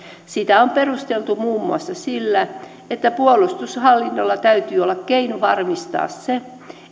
sitä on perusteltu muun muassa sillä että puolustushallinnolla täytyy olla keino varmistaa se